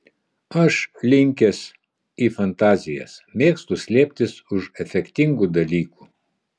aš linkęs į fantazijas mėgstu slėptis už efektingų dalykų